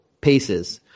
Paces